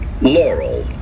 Laurel